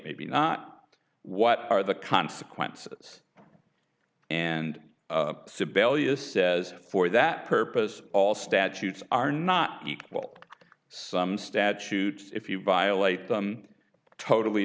maybe not what are the consequences and sybella says for that purpose all statutes are not equal some statutes if you violate them totally